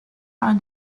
are